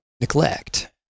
neglect